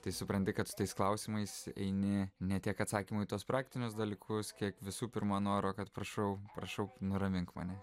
tai supranti kad su tais klausimais eini ne tiek atsakymų į tuos praktinius dalykus kiek visų pirma noro kad prašau prašau nuramink mane